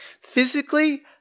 Physically